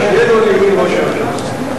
שנינו לימין ראש הממשלה,